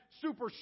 super